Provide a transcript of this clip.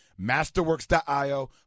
Masterworks.io